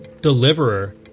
Deliverer